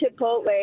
Chipotle